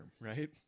right